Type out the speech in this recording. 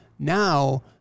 Now